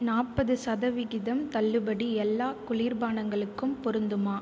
நாற்பது சதவிகிதம் தள்ளுபடி எல்லா குளிர்பானங்களுக்கும் பொருந்துமா